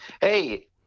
hey